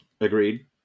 Agreed